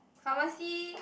pharmacy